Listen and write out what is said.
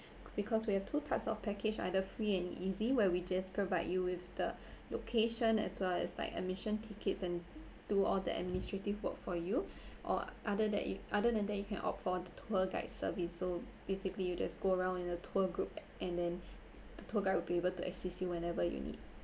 because we have two types of package either free and easy where we just provide you with the location as well as like admission tickets and do all the administrative work for you or other that you other than that you can opt for the tour guide service so basically you just go around in a tour group and then the tour guide will be able to assist you whenever you need